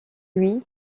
lui